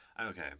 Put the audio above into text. okay